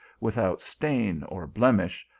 without stain or blem ish,